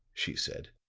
she said.